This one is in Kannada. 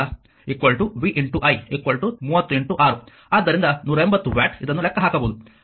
ಆದ್ದರಿಂದ 180 ವ್ಯಾಟ್ ಇದನ್ನು ಲೆಕ್ಕಹಾಕಬಹುದು p i2lrm R ಅಂದರೆ i 6 ಆಂಪಿಯರ್ 62 5 ಅನ್ನು ಲೆಕ್ಕಹಾಕಿದೆ